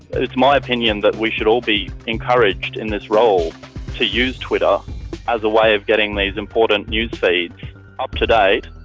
it's my opinion that we should all be encouraged in this role to use twitter as a way of getting these important news feeds up-to-date,